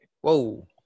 Whoa